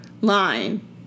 line